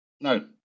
no